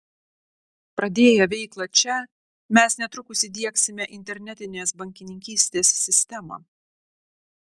pradėję veiklą čia mes netrukus įdiegsime internetinės bankininkystės sistemą